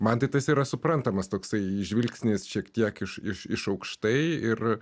man tai tas yra suprantamas toksai žvilgsnis šiek tiek iš iš iš aukštai ir